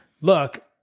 look